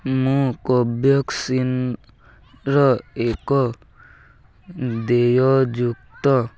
ମୁଁ କୋଭ୍ୟାକ୍ସିନ୍ର ଏକ ଦେୟଯୁକ୍ତ